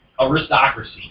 Aristocracy